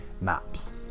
maps